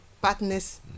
partners